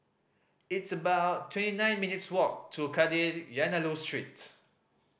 it's about twenty nine minutes' walk to Kadayanallur Street